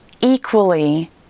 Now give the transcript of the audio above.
equally